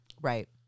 Right